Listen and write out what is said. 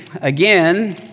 again